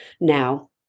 now